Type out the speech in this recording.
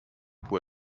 who